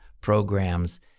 programs